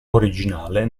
originale